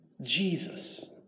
Jesus